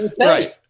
Right